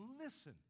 Listen